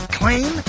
claim